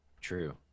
True